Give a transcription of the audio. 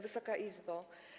Wysoka Izbo!